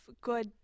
good